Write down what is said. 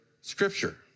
scripture